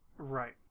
Right